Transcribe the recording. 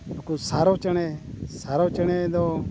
ᱱᱩᱠᱩ ᱥᱟᱨᱚ ᱪᱮᱬᱮ ᱥᱟᱨᱚ ᱪᱮᱬᱮ ᱫᱚ